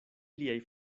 liaj